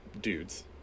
dudes